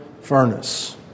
furnace